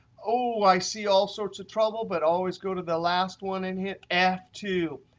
oh, i see all sorts of trouble, but always go to the last one and hit f two.